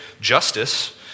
justice